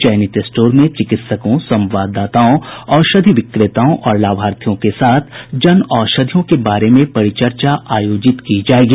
चयनित स्टोर में चिकित्सकों संवाददाताओं औषधि विक्रेताओं और लाभार्थियों के साथ जन औषधियों के बारे में परिचर्चा आयोजित की जाएगी